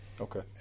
okay